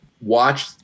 watch